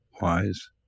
wise